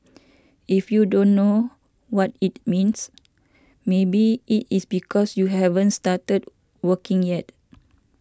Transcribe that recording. if you don't know what it means maybe it is because you haven't started working yet